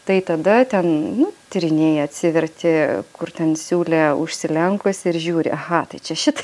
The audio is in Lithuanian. tai tada ten nu tyrinėji atsiverti kur ten siūlė užsilenkusi ir žiūri aha tai čia šit